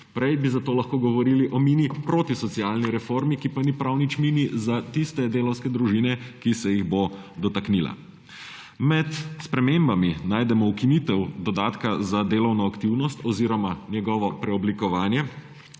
Prej bi za to lahko govorili o mini protisocialni reformi, ki pa ni prav nič mini za tiste delavske družine, ki se jih bo dotaknila. Med spremembami najdemo ukinitev dodatka za delovno aktivnost oziroma njegovo preoblikovanje,